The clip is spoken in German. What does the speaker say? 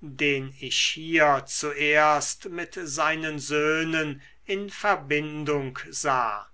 den ich hier zuerst mit seinen söhnen in verbindung sah